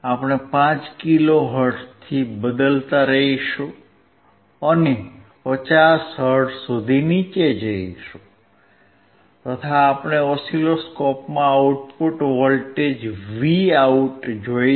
આપણે 5 કિલો હર્ટ્ઝથી બદલાતા રહીશું અને 50 હર્ટ્ઝ સુધી નીચે જઈશું તથા આપણે ઓસિલોસ્કોપમાં આઉટપુટ વોલ્ટેજ Vo જોશું